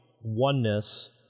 oneness